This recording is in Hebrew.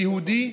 כיהודי,